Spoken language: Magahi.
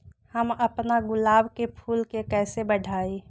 हम अपना गुलाब के फूल के कईसे बढ़ाई?